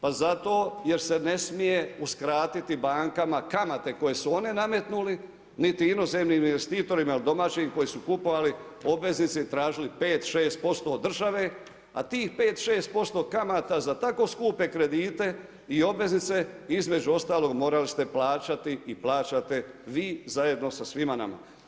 Pa zato jer se ne smije uskratiti bankama kamate koje su oni nametnuli niti inozemnim investitorima ili domaćim koji su kupovali obveznice i tražili 5, 6% od države a tih 5, 6% kamata za tako skupe kredite i obveznice, između ostalog morali ste plaćati i plaćate vi zajedno sa svima nama.